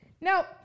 Now